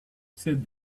said